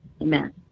Amen